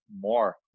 more